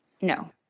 No